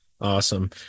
Awesome